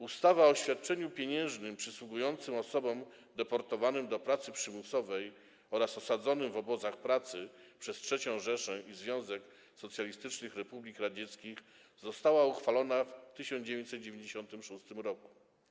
Ustawa o świadczeniu pieniężnym przysługującym osobom deportowanym do pracy przymusowej oraz osadzonym w obozach pracy przez III Rzeszę i Związek Socjalistycznych Republik Radzieckich została uchwalona w 1996 r.